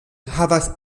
havas